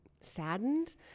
saddened